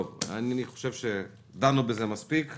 אני חושב שדנו בזה מספיק.